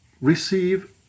receive